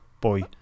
boy